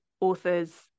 authors